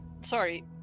sorry